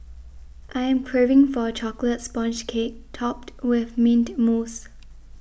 I am craving for a Chocolate Sponge Cake Topped with Mint Mousse